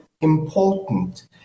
important